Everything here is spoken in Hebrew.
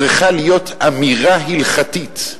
צריכה להיות אמירה הלכתית,